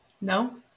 No